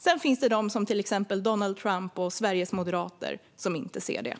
Sedan finns det sådana som till exempel Donald Trump och Sveriges moderater som inte ser detta.